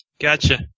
Gotcha